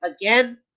again